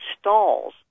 stalls